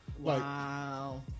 Wow